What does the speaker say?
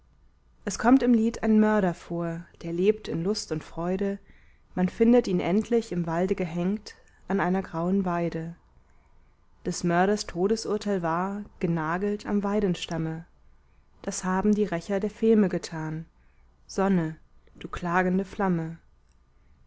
es kommt im lied ein mörder vor der lebt in lust und freude man findet ihn endlich im walde gehenkt an einer grauen weide des mörders todesurteil war genagelt am weidenstamme das haben die rächer der feme getan sonne du klagende flamme